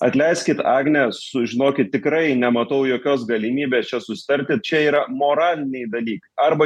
atleiskit agne sužinokit tikrai nematau jokios galimybės čia susitarti čia yra moraliniai dalykai arba